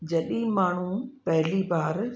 जॾहिं माण्हू पहली बार